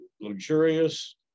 luxurious